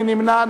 מי נמנע?